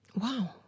Wow